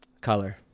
Color